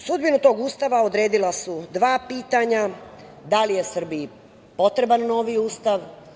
Sudbinu tog Ustava odredila su dva pitanja – da li je Srbiji potreban novi Ustav?